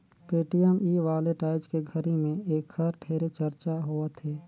Paytm e wallet आयज के घरी मे ऐखर ढेरे चरचा होवथे